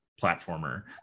platformer